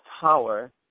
power